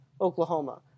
Oklahoma